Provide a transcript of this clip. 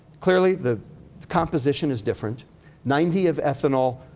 clearly, the composition is different ninety of ethanol,